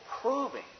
proving